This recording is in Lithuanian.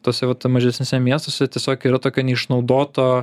tuose vat mažesniuose miestuose tiesiog yra tokia neišnaudoto